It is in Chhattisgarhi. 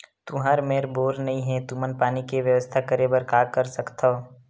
तुहर मेर बोर नइ हे तुमन पानी के बेवस्था करेबर का कर सकथव?